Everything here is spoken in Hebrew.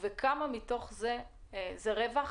וכמה מתוך זה זה רווח?